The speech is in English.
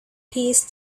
peace